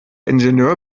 ingenieur